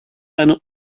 eine